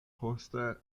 poste